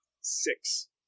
Six